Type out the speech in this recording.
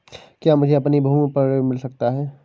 क्या मुझे अपनी भूमि पर ऋण मिल सकता है?